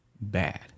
bad